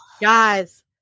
guys